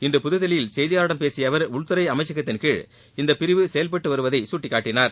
இன்று புதுதில்லியில் செயதியாளர்களிடம் பேசிய அவர் உள்துறை அமைச்சகத்தின் கீழ் இந்த பிரிவு செயல்பட்டு வருவதை சுட்டிக்காட்டினார்